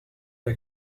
pas